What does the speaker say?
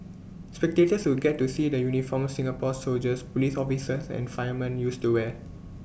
spectators will get to see the uniforms Singapore's soldiers Police officers and firemen used to wear